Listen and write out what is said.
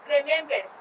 Remember